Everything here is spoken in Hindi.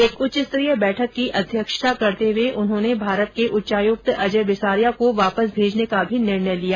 एक उच्चस्तरीय की बैठक की अध्यक्षता करते हुए उन्होंने भारत के उच्चायुक्त अजय बिसारिया को वापस भेजने का भी निर्णय लिया